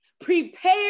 Prepare